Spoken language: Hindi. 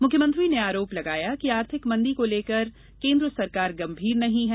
मुख्यमंत्री ने आरोप लगाया कि आर्थिक मंदी को लेकर केन्द्र सरकार गंभीर नहीं है